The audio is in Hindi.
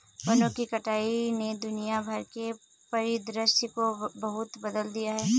वनों की कटाई ने दुनिया भर के परिदृश्य को बहुत बदल दिया है